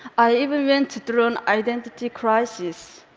i even went through an identity crisis.